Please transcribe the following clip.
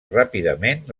ràpidament